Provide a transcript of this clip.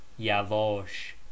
Yavosh